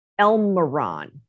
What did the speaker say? Elmiron